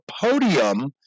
podium